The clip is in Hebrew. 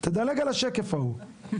תדלג על השקף ההוא.